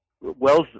Wells